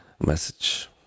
message